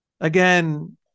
again